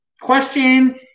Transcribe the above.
question